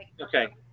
Okay